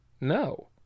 no